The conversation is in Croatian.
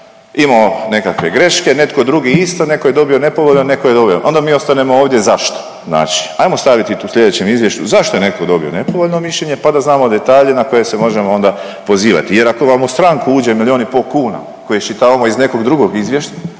imao nekakve greške, netko drugi isto, netko je dobio nepovoljan, netko je .../nerazumljivo/... onda mi ostanemo ovdje, zašto? Znači, ajmo staviti tu u sljedećem izvještaju zašto je netko dobio nepovoljno mišljenje pa da znamo detalje na koje se možemo onda pozivati jer ako vam u stranku uđe milijun i po' kuna koje iščitavamo iz nekog drugog izvješća,